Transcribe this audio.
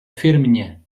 firmě